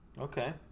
Okay